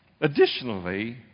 Additionally